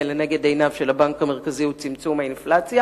לנגד עיניו של הבנק המרכזי הוא צמצום האינפלציה,